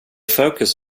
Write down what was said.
focus